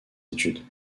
études